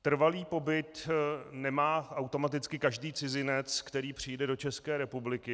Trvalý pobyt nemá automaticky každý cizinec, který přijde do České republiky.